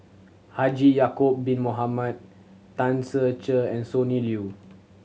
Haji Ya'acob Bin Mohamed Tan Ser Cher and Sonny Liew